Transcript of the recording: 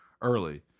early